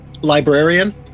librarian